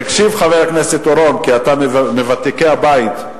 תקשיב, חבר הכנסת אורון, כי אתה מוותיקי הבית,